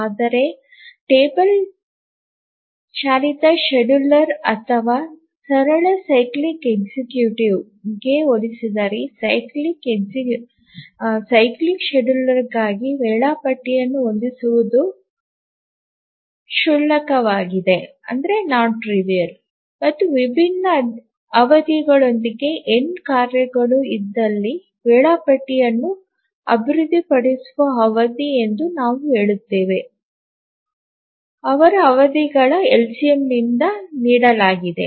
ಆದರೆ ಟೇಬಲ್ ಚಾಲಿತ ಶೆಡ್ಯೂಲರ್ ಅಥವಾ ಸರಳ ಸೈಕ್ಲಿಕ್ ಎಕ್ಸಿಕ್ಯೂಟಿವ್ಗೆ ಹೋಲಿಸಿದರೆ ಸೈಕ್ಲಿಕ್ ಶೆಡ್ಯೂಲರ್ಗಾಗಿ ವೇಳಾಪಟ್ಟಿಯನ್ನು ಹೊಂದಿಸುವುದು ಕ್ಷುಲ್ಲಕವಾಗಿದೆ ಮತ್ತು ವಿಭಿನ್ನ ಅವಧಿಗಳೊಂದಿಗೆ n ಕಾರ್ಯಗಳು ಇದ್ದಲ್ಲಿ ವೇಳಾಪಟ್ಟಿಯನ್ನು ಅಭಿವೃದ್ಧಿಪಡಿಸುವ ಅವಧಿ ಎಂದು ನಾವು ಹೇಳಿದ್ದೇವೆ ಅವರ ಅವಧಿಗಳ LCM ನಿಂದ ನೀಡಲಾಗಿದೆ